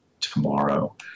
tomorrow